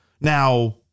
Now